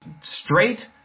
straight